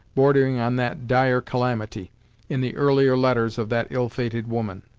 bordering on that dire calamity in the earlier letters of that ill-fated woman.